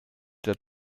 der